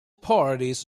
parties